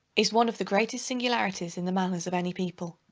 is one of the greatest singularities in the manners of any people.